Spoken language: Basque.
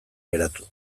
geratu